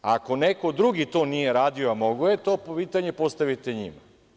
Ako neko drugi to nije radio, a mogao je, to pitanje postavite njima.